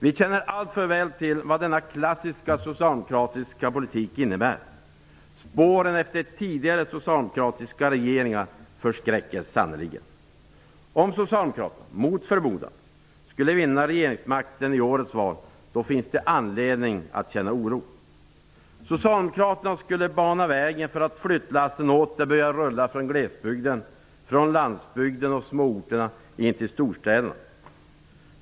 Vi känner alltför väl till vad denna ''klassiska socialdemokratiska politik'' innebär. Spåren efter tidigare socialdemokratiska regeringar förskräcker sannerligen. Om Socialdemokraterna, mot förmodan, skulle vinna regeringsmakten i årets val finns det anledning att känna oro. Socialdemokraterna skulle bana vägen för att flyttlassen åter börjar rulla från glesbygden, landsbygden och småorterna in till storstäderna.